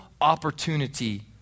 opportunity